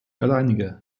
alleinige